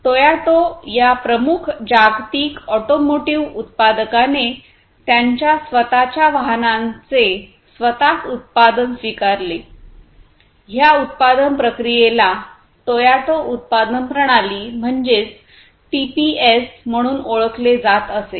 Toyota या प्रमुख जागतिक ऑटोमोटिव्ह उत्पादकाने त्यांच्या स्वत च्या वाहनांचे स्वतःच उत्पादन स्वीकारलेह्या उत्पादन प्रक्रियेला टोयोटा उत्पादन प्रणाली म्हणजेच टीपीएस म्हणून ओळखले जात असे